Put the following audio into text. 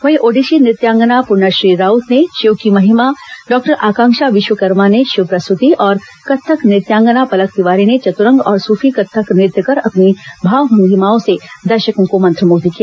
वहीं ओडिसी नृत्यांगना पूर्णश्री राउत ने शिव की महिमा डॉक्टर आकांक्षा विश्वकर्मा ने शिव प्रस्तुति और कत्थक नृत्यांगना पलक तिवारी ने चतुरंग और सूफी कत्थक नृत्य कर अपनी भाव भंगिमाओं से दर्शकों को मंत्रमुग्ध किया